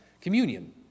communion